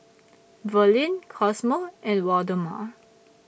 Verlyn Cosmo and Waldemar